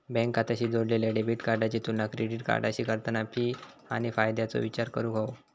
bank खात्याशी जोडलेल्या debit कार्डाची तुलना क्रेडिट कार्डाशी करताना फी आणि फायद्याचो विचार करूक हवो